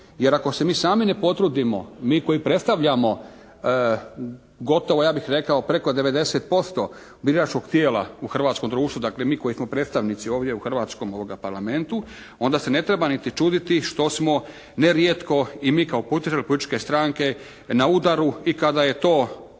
Jer ako se mi sami ne potrudimo, mi koji predstavljamo gotovo ja bih rekao preko 90% biračkog tijela u hrvatskom društvu, dakle mi koji smo predstavnici ovdje u hrvatskom Parlamentu onda se ne treba niti čuditi što smo nerijetko i mi kao … političke stranke na udaru i kada je to